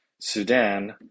Sudan